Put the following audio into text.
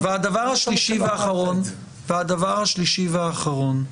הדבר השלישי והאחרון.